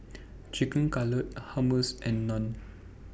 Chicken Cutlet Hummus and Naan